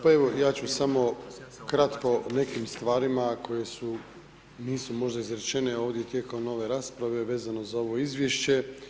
Pa evo, ja ću samo kratko o nekim stvarima koje su, nisu možda izrečene ovdje tijekom ove rasprave, vezano za ovo izvješće.